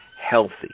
healthy